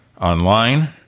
online